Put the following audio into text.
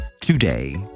today